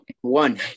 one